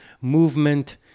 movement